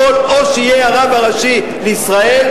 יכול או שיהיה הרב הראשי לישראל,